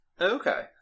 Okay